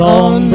on